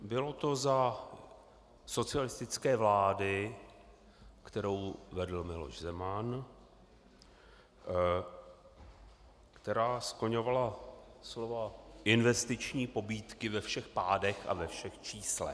Bylo to za socialistické vlády, kterou vedl Miloš Zeman, která skloňovala slova investiční pobídky ve všech pádech a ve všech číslech.